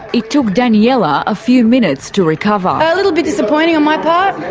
it took daniela a few minutes to recover. a little bit disappointing on my part.